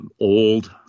old